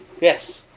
Yes